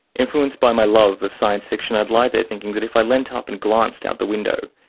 influenced by my love of science fiction, i'd lie there thinking that if i leant ah up and glanced out the window,